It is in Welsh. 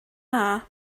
dda